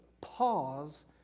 pause